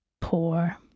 poor